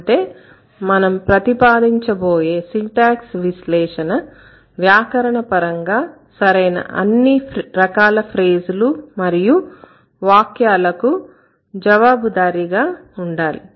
అంటే మనం ప్రతిపాదించబోయే సింటాక్స్ విశ్లేషణ వ్యాకరణ పరంగా సరైన అన్ని రకాల ఫ్రేజ్ లు మరియు వాక్యాలకు జవాబుదారీగా ఉండాలి